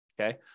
okay